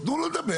תנו לו לדבר.